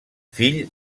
fill